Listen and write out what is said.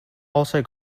also